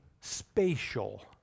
spatial